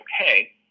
okay